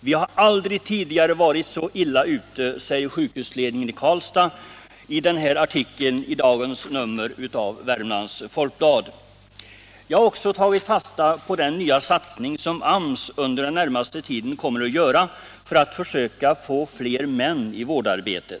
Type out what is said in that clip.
Vi har aldrig tidigare varit så illa ute, säger sjukhusledningen i Karlstad i en artikel i dagens nummer av Värmlands Folkblad. Jag har också tagit fasta på den nya satsning som AMS kommer att göra under den närmaste tiden för att försöka få fler män till vårdarbete.